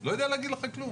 לא יודע להגיד לך כלום.